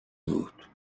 بود